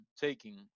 taking